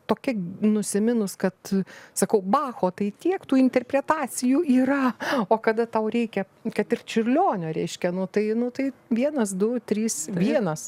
tokia nusiminus kad sakau bacho tai tiek tų interpretacijų yra o kada tau reikia kad ir čiurlionio reiškia nu tai nu tai vienas du trys vienas